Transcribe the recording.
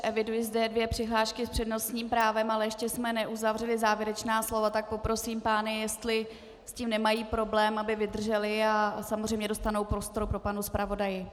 Eviduji zde dvě přihlášky s přednostním právem, ale ještě jsme neuzavřeli závěrečná slova, tak poprosím pány, jestli s tím nemají problém, aby vydrželi, a samozřejmě dostanou prostor po panu zpravodaji.